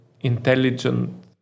intelligent